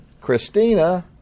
Christina